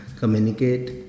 Communicate